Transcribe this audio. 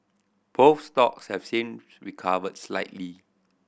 both stocks have since recovered slightly